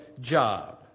job